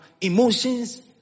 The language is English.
emotions